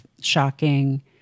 shocking